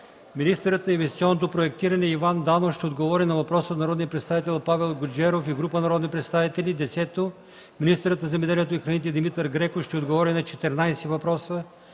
Министърът на инвестиционното проектиране Иван Данов ще отговори на въпрос от народния представител Павел Гуджеров и група народни представители. Министърът на земеделието и храните Димитър Греков ще отговори на 14 въпроса